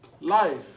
life